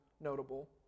notable